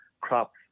crops